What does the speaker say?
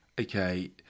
Okay